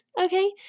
okay